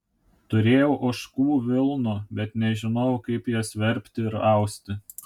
turėjau ožkų vilnų bet nežinojau kaip jas verpti ir austi